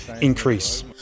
increase